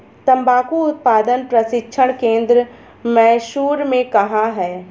तंबाकू उत्पादन प्रशिक्षण केंद्र मैसूर में कहाँ है?